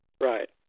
Right